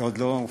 עוד לא מופעל.